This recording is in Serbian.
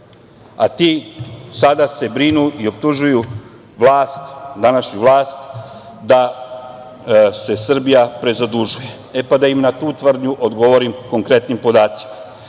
a ti sada se brinu i optužuju vlast, današnju vlast, da se Srbija prezadužuje. E, pa da im na tu tvrdnju odgovorim konkretnim podacima. Javni